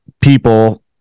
people